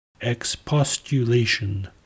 Expostulation